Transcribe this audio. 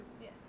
Yes